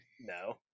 no